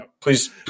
Please